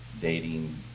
dating